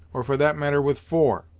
or for that matter with four!